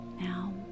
Now